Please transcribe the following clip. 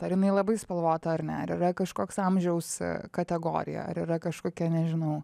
ar jinai labai spalvota ar ne ar yra kažkoks amžiaus kategorija ar yra kažkokia nežinau